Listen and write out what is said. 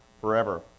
forever